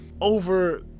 over